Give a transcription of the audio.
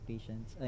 Patients